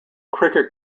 cricket